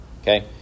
Okay